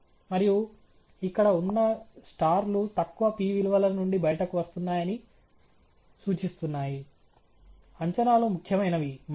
మరియు ఇక్కడ ఉన్న స్టార్ లు తక్కువ p విలువల నుండి బయటకు వస్తున్నాయని సూచిస్తున్నాయి అంచనాలు ముఖ్యమైనవి మంచివి